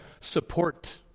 support